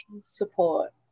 support